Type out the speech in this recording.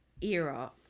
era